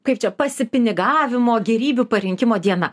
kaip čia pasipinigavimo gėrybių parinkimo diena